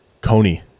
Coney